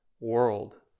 world